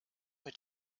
mit